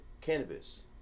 cannabis